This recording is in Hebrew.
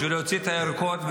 בשביל להוציא את הירקות,